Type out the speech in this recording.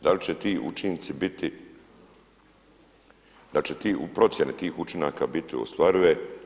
Da li će ti učinci biti, da li će procjene tih učinaka biti ostvarive.